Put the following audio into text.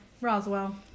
Roswell